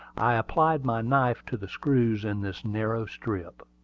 i applied my knife to the screws in this narrow strip.